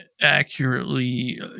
accurately